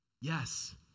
Yes